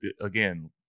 again